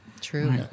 True